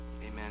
Amen